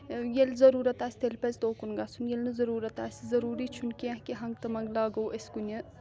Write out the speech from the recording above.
ییٚلہِ ضوٚرورت آسہِ تیٚلہِ پَزِ توکُن گَژھُن ییٚلہِ نہٕ ضوٚروری آسہِ ضوٚروٗری چھُ نہ کینٛہہ کہ ہنٛگ تہٕ منٛگ لاگو أسۍ کُنہِ